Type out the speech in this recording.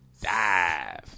dive